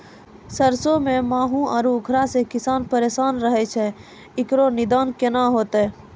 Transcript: सरसों मे माहू आरु उखरा से किसान परेशान रहैय छैय, इकरो निदान केना होते?